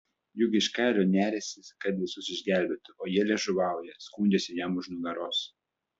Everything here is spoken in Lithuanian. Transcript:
juk iš kailio neriąsis kad visus išgelbėtų o jie liežuvauja skundžiasi jam už nugaros